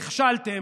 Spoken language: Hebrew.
נכשלתם,